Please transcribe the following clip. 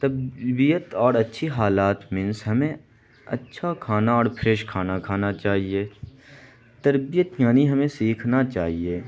تربیت اور اچھی حالات مینس ہمیں اچھا کھانا اور پھریش کھانا کھانا چاہیے تربیت یعنی ہمیں سیکھنا چاہیے